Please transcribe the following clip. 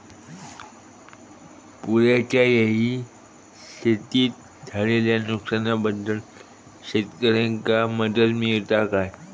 पुराच्यायेळी शेतीत झालेल्या नुकसनाबद्दल शेतकऱ्यांका मदत मिळता काय?